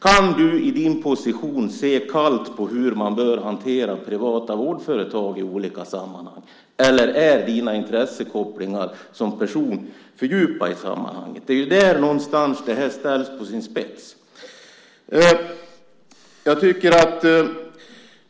Kan du i din position kallt se på hur man bör hantera privata vårdföretag i olika sammanhang, eller är intressekopplingarna för dig som person för djupa i sammanhanget? Det är någonstans där som detta ställs på sin spets.